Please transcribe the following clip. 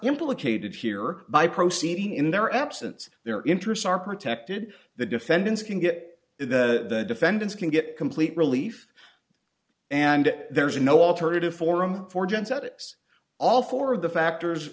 implicated here by proceeding in their absence their interests are protected the defendants can get the defendants can get complete relief and there is no alternative forum for genset it's all four of the factors